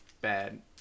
bad